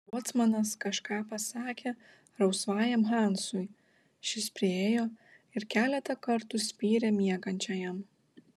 bocmanas kažką pasakė rausvajam hansui šis priėjo ir keletą kartų spyrė miegančiajam